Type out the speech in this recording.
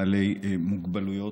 בעלי מוגבלויות,